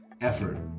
effort